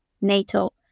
NATO